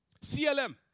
CLM